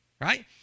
right